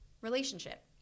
relationship